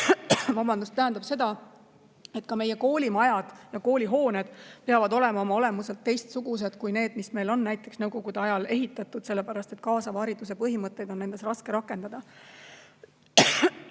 koolivõrk tähendab seda, et ka meie koolimajad, koolihooned peavad olema oma olemuselt teistsugused kui need, mis meil on näiteks Nõukogude ajal ehitatud. Kaasava hariduse põhimõtteid on nendes raske rakendada.